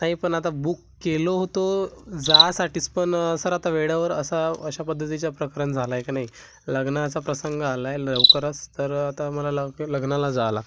नाही पण आता बुक केलो होतो जासाठीच पण सर आता वेळेवर असा अशा पद्धतीच्या प्रकरण झाला आहे का नाही लग्नाचा प्रसंग आला आहे लवकरच तर आता मला लवकर लग्नाला जा लागतं आहे